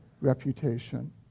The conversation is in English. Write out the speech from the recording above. reputation